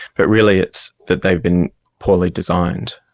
but really it's that they've been poorly designed,